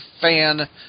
fan